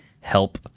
help